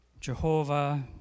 Jehovah